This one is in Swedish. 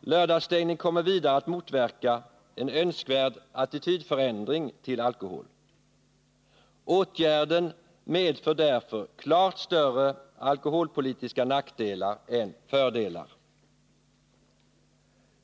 Lördagsstängning kommer vidare att motverka en önskvärd attitydförändring till alkohol. Åtgärden medför därför klart större alkoholpolitiska nackdelar än fördelar.